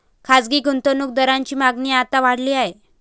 खासगी गुंतवणूक दारांची मागणी आता वाढली आहे